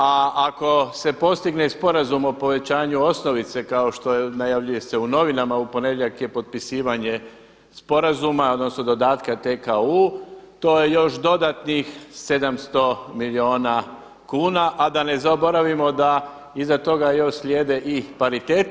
A ako se postigne sporazum o povećanju osnovice kao što najavljuje se u novinama, u ponedjeljak je potpisivanje sporazuma, odnosno dodatka TKU to je još dodatnih 700 milijuna kuna, a da ne zaboravimo da iza toga još slijede i pariteti.